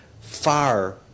far